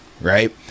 right